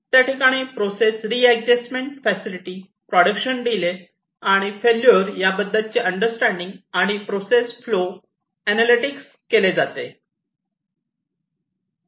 त्या ठिकाणी process readjustment facility production delay आणि फेल्युअर याबद्दलचे अंडरस्टँडिंग आणि प्रोसेस फ्लो एनालिटिक्स केले जाते